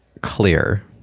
clear